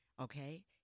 okay